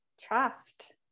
trust